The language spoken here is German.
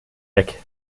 weg